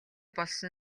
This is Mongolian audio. болсон